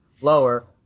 lower